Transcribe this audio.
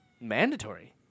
mandatory